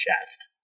chest